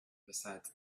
besides